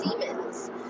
demons